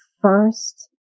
first